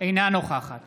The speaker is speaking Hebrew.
אינה נוכחת